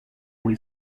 muy